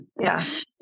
Yes